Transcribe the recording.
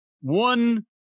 one